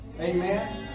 Amen